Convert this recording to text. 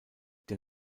der